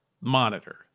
monitor